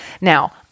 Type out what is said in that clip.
Now